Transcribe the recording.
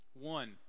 One